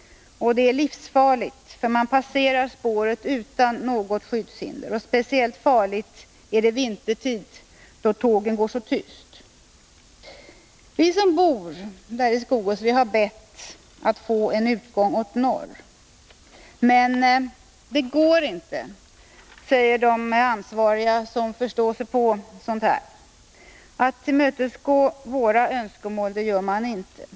Det är livsfarligt, för spåret som man passerar saknar skydd. Speciellt farligt är det vintertid då tågen går så tyst. Vi som bor i Skogås har bett att få en utgång åt norr — men det går inte, säger de ansvariga som förstår sig på sådant. Våra önskemål tillmötesgår man inte.